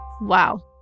Wow